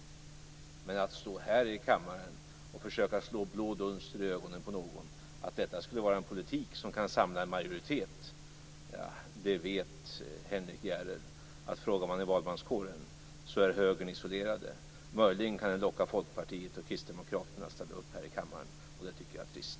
Men när det gäller att stå här i kammaren och försöka slå blå dunster i ögonen på någon att detta skulle vara en politik som kan samla en majoritet, vet Henrik Järrel att om man frågar i valmanskåren är Högern isolerad. Möjligen kan den locka Folkpartiet och Kristdemokraterna att ställa upp här i kammaren, och det tycker jag är trist.